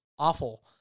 Awful